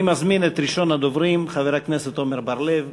אני מזמין את ראשון הדוברים, חבר הכנסת עמר בר-לב,